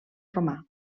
romà